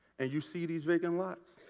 and you see these vacant lots,